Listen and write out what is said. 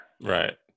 Right